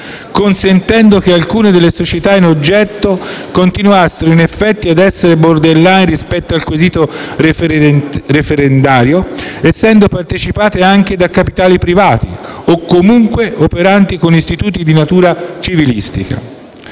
oppure che alcune delle società in oggetto continuassero in effetti a essere *borderline* rispetto al quesito referendario, essendo partecipate anche da capitali privati o comunque operanti con istituti di natura civilistica